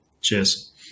Cheers